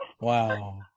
Wow